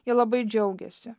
jie labai džiaugėsi